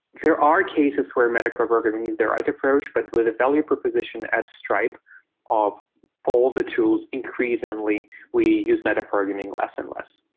there are cases where meta core programming use the right approach, but with a value proposition at stripe of all the tools increasingly we use meta programming less and less.